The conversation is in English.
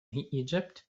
egypt